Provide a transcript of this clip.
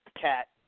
cat